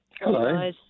Hello